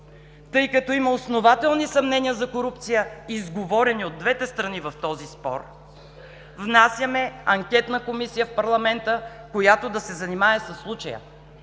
тъй като има основателни съмнения за корупция, изговорени от двете страни в този спор, внасяме анкетна комисия в парламента, която да се занимае със случая.